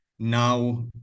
now